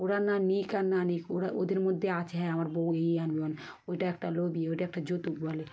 ওরা না নিক আর না নিক ওরা ওদের মধ্যে আছে হ্যাঁ আমার বউ এই আনবে না ওইটা একটা লোভী ওইটা একটা যৌতুক বলে